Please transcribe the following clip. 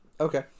okay